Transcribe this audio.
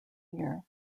year